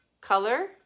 color